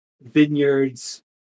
Vineyards